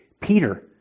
Peter